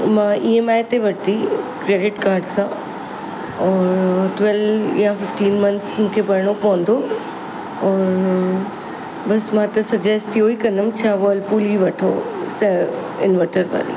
मां ईएमआई ते वरती क्रेडिट काड सां और ट्वेल्व या फिफ्टीन मन्थ्स मूंखे भरिणो पवंदो और बसि मां त सजेस्ट इहो ई कंदमि छ व्स्ल्पूल ई वठो स इनवटर वारी